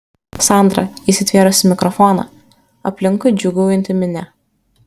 sandra įsitvėrusi mikrofoną aplinkui džiūgaujanti minia